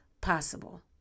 Possible